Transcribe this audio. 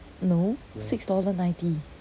no six dollar ninety